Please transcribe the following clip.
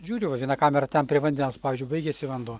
žiūriu va viena kamera ten prie vandens pavyzdžiui baigiasi vanduo